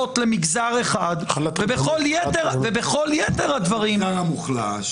למגזר אחד ובכל יתר הדברים --- למגזר המוחלש,